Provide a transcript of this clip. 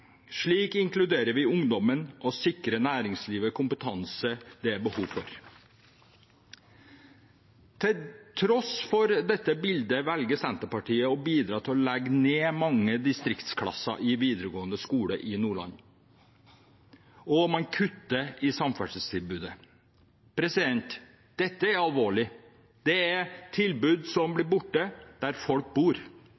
Slik inkluderer vi ungdommen og sikrer næringslivet kompetanse det er behov for. Til tross for dette bildet velger Senterpartiet å bidra til å legge ned mange distriktsklasser i videregående skole i Nordland, og man kutter i samferdselstilbudet. Dette er alvorlig. Det er tilbud som